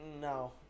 No